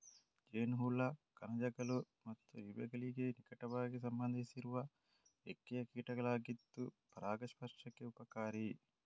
ಜೇನುಹುಳ ಕಣಜಗಳು ಮತ್ತು ಇರುವೆಗಳಿಗೆ ನಿಕಟವಾಗಿ ಸಂಬಂಧಿಸಿರುವ ರೆಕ್ಕೆಯ ಕೀಟಗಳಾಗಿದ್ದು ಪರಾಗಸ್ಪರ್ಶಕ್ಕೆ ಉಪಕಾರಿ